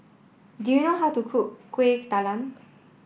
do you know how to cook Kueh Talam